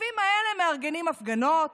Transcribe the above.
בכספים האלה מארגנים הפגנות,